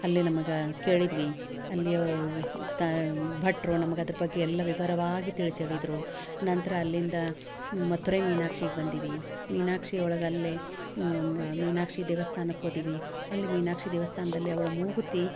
ಅಲ್ಲಿ ನಮಗೆ ಕೇಳಿದ್ವಿ ಅಲ್ಲಿಯ ತಾ ಭಟ್ಟರು ನಮಗೆ ಅದ್ರ ಬಗ್ಗೆ ಎಲ್ಲ ವಿವರವಾಗಿ ತಿಳಿಸಿ ಹೇಳಿದ್ರು ನಂತರ ಅಲ್ಲಿಂದ ಮಧುರೆ ಮೀನಾಕ್ಷಿಗೆ ಬಂದಿವಿ ಮೀನಾಕ್ಷಿ ಒಳಗೆ ಅಲ್ಲಿ ಮೀನಾಕ್ಷಿ ದೇವಸ್ಥಾನಕ್ಕೆ ಹೋದಿವಿ ಅಲ್ಲಿ ಮೀನಾಕ್ಷಿ ದೇವಸ್ಥಾನದಲ್ಲಿ ಅವಳ ಮೂಗುತಿ